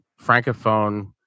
francophone